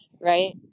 right